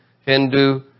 Hindu